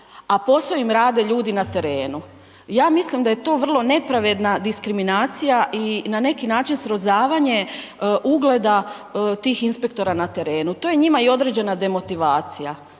a posao im rade ljudi na terenu. Ja mislim da je to vrlo nepravedna diskriminacija i na neki način srozavanje ugleda tih inspektora na terenu, to je njima i određena demotivacija.